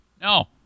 No